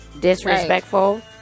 Disrespectful